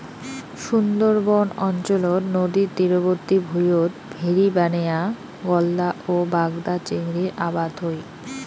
সুন্দরবন অঞ্চলত নদীর তীরবর্তী ভুঁইয়ত ভেরি বানেয়া গলদা ও বাগদা চিংড়ির আবাদ হই